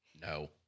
No